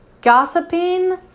Gossiping